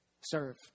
serve